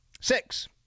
Six